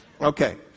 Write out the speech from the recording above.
Okay